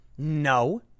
No